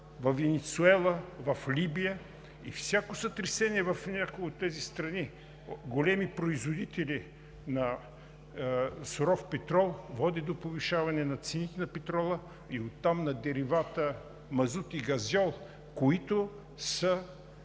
Венецуела, в Либия и всяко сътресение в някоя от тези страни – големи производители на суров петрол, води до повишаване на цените на петрола и оттам на деривата мазут и газьол, които са